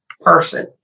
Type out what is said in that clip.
person